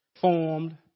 formed